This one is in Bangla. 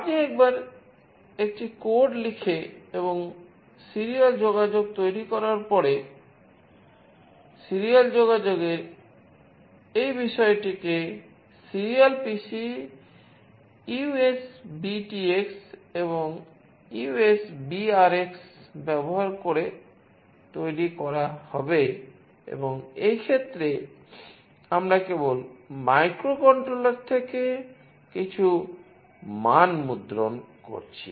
আপনি একবার একটি কোড লিখে এবং সিরিয়াল যোগাযোগ তৈরি করার পরে সিরিয়াল যোগাযোগ এর এই বিষয়টিকে সিরিয়াল PC USBTX এবং USBRX ব্যবহার করে তৈরি করা হবে এবং এই ক্ষেত্রে আমরা কেবল মাইক্রোকন্ট্রোলার থেকে কিছু মান মুদ্রণ করছি